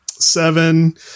Seven